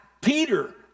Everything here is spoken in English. Peter